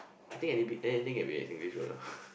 I think any bit anything can be a Singlish word ah